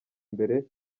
imbere